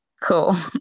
Cool